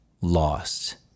lost